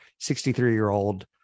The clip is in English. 63-year-old